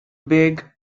big